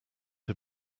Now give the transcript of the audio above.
him